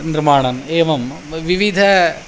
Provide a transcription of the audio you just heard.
निर्माणम् एवं विविध